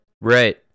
right